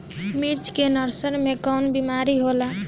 मिर्च के नर्सरी मे कवन बीमारी होला?